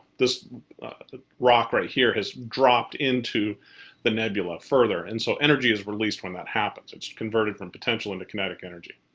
this rock right here has dropped into the nebula further, and so energy is released. when that happens it's converted from potential into kinetic energy.